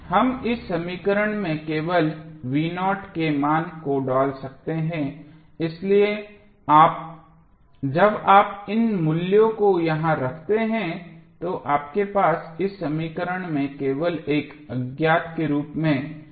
हम इस समीकरण में केवल के मान को डाल सकते हैं इसलिए जब आप इन मूल्यों को यहाँ रखते हैं तो आपके पास इस समीकरण में केवल एक अज्ञात के रूप में होगा